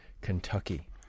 Kentucky